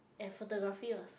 and photography was